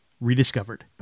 rediscovered